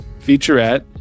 featurette